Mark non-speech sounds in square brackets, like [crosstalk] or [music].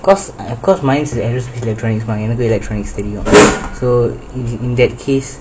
[noise] so in that case